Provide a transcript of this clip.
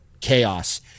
chaos